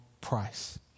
price